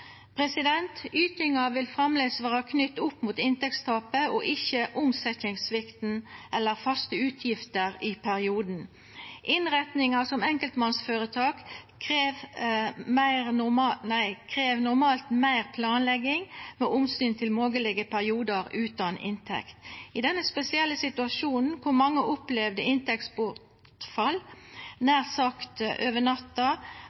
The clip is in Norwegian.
Ytinga vil framleis vera knytt opp mot inntektstapet og ikkje mot svikta i omsetning eller mot faste utgifter i perioden. Innretningar som enkeltmannsføretak krev normalt meir planlegging med omsyn til moglege periodar utan inntekt. I denne spesielle situasjonen der mange har opplevd inntektsbortfall